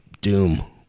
doom